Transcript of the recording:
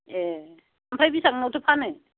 ए ओमफ्राय बेसेबाङावथो फानो